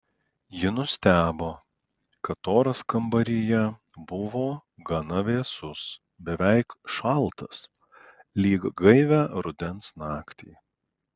ji nustebo kad oras kambaryje buvo gana vėsus beveik šaltas lyg gaivią rudens naktį